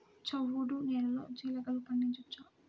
చవుడు నేలలో జీలగలు పండించవచ్చా?